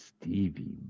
Stevie